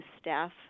staff